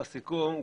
לסיכום,